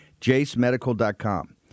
JaceMedical.com